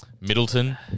Middleton